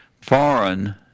foreign